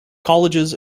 colleges